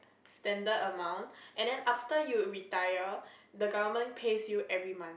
standard amount and then after you retire the government pays you every month